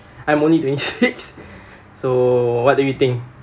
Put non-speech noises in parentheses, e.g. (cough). I'm only twenty-six (laughs) so what do you think